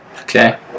Okay